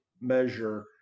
measure